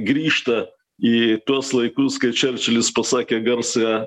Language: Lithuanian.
grįžta į tuos laikus kai čerčilis pasakė garsiąją